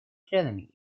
членами